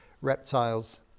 reptiles